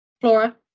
Flora